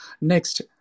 next